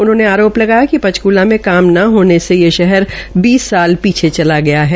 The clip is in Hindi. उन्होंने आरोप लगायाकि पंचक्ला मे काम न होने से ये शहर बीस साल पीछे चला गया है